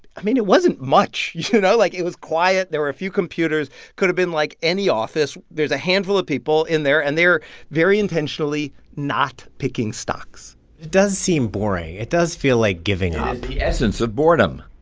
i mean, it wasn't much, you you know. like, it was quiet. there were a few computers could've been, like, any office. there's a handful of people in there, and they're very intentionally not picking stocks it does seem boring. it does feel like giving up it is the essence of boredom.